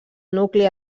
nucli